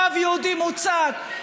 עם רוב יהודי מוצק.